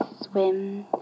Swim